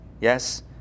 Yes